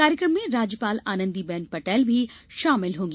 कार्यक्रम में राज्यपाल आनंदीबेन पटेल भी शामिल होगी